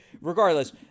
Regardless